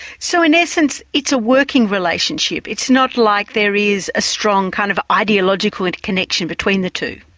so in essence, it's a working relationship, it's not like there is a strong kind of ideological and connection between the two.